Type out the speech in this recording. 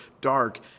dark